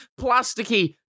plasticky